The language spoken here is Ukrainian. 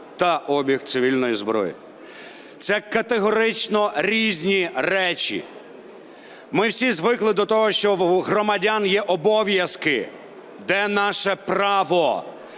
та обіг цивільної зброї. Це категорично різні речі. Ми всі звикли до того, що у громадян є обов'язки. Де наше право?